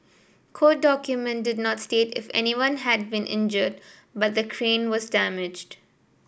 court document did not state if anyone had been injured but the crane was damaged